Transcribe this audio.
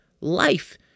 Life